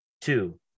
two